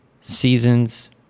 seasons